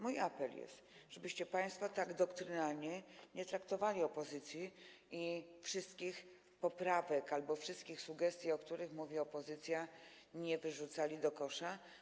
Mój apel jest taki, żebyście państwo tak doktrynalnie nie traktowali opozycji i wszystkich poprawek albo wszystkich sugestii, o których mówi opozycja, nie wyrzucali do kosza.